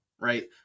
right